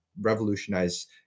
revolutionize